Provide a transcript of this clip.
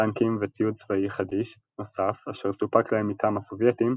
טנקים וציוד צבאי חדיש נוסף אשר סופק להם מטעם הסובייטים,